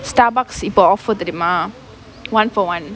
Starbucks இப்ப:ippa offer தெரியுமா:theriyumaa one for one